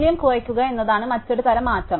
മൂല്യം കുറയ്ക്കുക എന്നതാണ് മറ്റൊരു തരം മാറ്റം